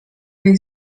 jej